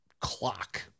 clock